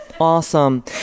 awesome